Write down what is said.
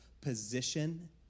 position